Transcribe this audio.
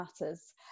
matters